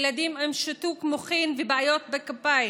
ילדים עם שיתוק מוחין ובעיות בגפיים,